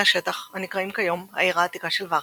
השטח הנקרא כיום "העיר העתיקה של ורשה".